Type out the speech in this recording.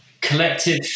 Collective